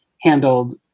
handled